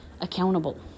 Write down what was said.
accountable